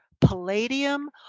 palladium